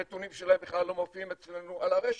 הנתונים שלהם בכלל לא מופיעים אצלנו על הרשת,